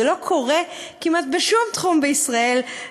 זה לא קורה כמעט בשום תחום בישראל,